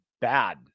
bad